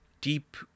deep